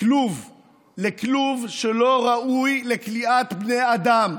לכלוב שלא ראוי לכליאת בני אדם.